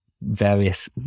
various